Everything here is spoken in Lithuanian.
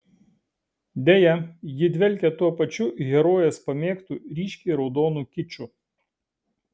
deja ji dvelkia tuo pačiu herojės pamėgtu ryškiai raudonu kiču